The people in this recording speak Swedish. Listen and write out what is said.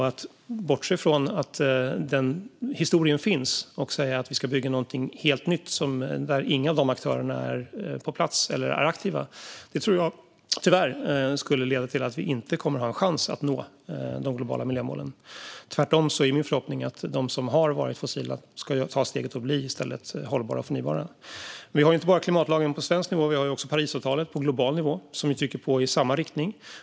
Att bortse från att den historien finns och säga att vi ska bygga något helt nytt där inga av de tidigare aktörerna är aktiva tror jag skulle leda till att vi inte har en chans att nå de globala miljömålen. Tvärtom är min förhoppning att de som har varit fossila ska ta steget att i stället bli hållbara och förnybara. Men vi har inte bara klimatlagen på svenskt område utan också Parisavtalet på global nivå, som trycker på i samma riktning.